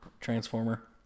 transformer